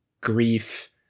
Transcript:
grief